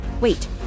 Wait